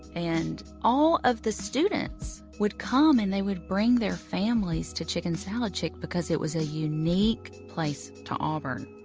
and all of the students would come, and they would bring their families to chicken salad chick because it was a unique place to auburn.